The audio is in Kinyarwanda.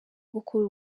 gukora